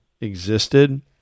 existed